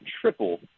triple